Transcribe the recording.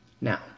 Now